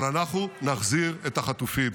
אבל אנחנו נחזיר את החטופים.